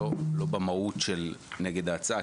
לא במהות של נגד ההצעה.